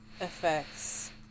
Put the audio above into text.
Effects